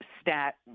stat